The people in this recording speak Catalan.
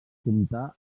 comptar